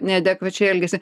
neadekvačiai elgiasi